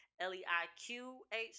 L-E-I-Q-H